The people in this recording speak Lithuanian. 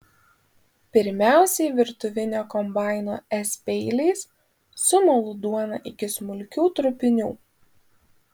pirmiausiai virtuvinio kombaino s peiliais sumalu duoną iki smulkių trupinių